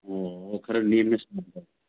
ꯑꯣ ꯈꯔ ꯅꯦꯝꯅ ꯁꯥꯕ